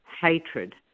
hatred